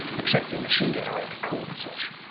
except in machine generated code and such.